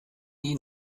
ihn